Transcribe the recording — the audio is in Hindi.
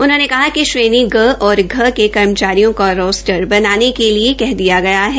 उन्होंने कहा कि श्रेणी ग और घ के कर्मचारियों का रोस्टर बनाने के लिए कह दिया गया है